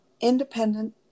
independent